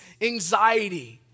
anxiety